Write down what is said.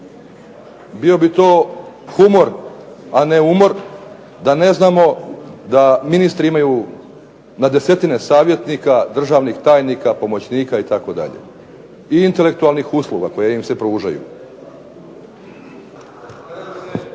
Bio bi to humor, a ne umor da ne znamo da ministri imaju na desetine savjetnika, državnih tajnika, pomoćnika itd., i intelektualnih usluga koje im se pružaju.